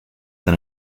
than